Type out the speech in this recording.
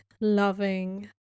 loving